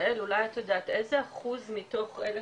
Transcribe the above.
יעל אולי את יודעת איזה אחוז מתוך אלה